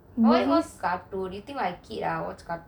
why watch cartoon you think I kid ah watch cartoon